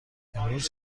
امروز